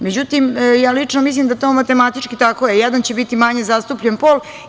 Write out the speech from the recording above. Međutim, ja lično mislim da to matematički – jedan će biti manje zastupljen pol.